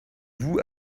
vous